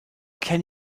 can